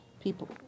people